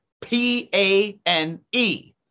P-A-N-E